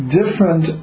different